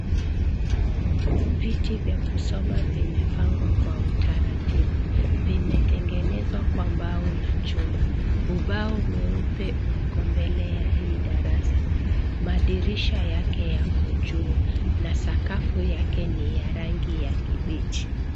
Viti vya kusoma vimepangwa kwa utaratibu. Vimetengenezwa kwa mbao na chuma. Ubao mweupe uko mbele ya hii darasa. Madirisha yake yako juu na sakafu yake ni ya rangi ya kibichi.